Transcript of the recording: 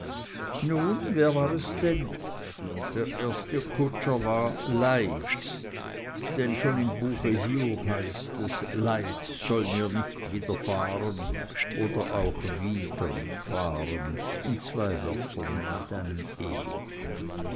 nun wer war es denn der erste kutscher war leid denn schon im buche hiob heißt es leid soll mir nicht widerfahren oder auch wieder fahren in zwei wörtern und mit einem